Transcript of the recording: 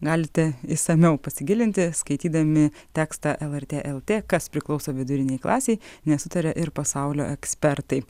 galite išsamiau pasigilinti skaitydami tekstą lrt lt kas priklauso vidurinei klasei nesutaria ir pasaulio ekspertai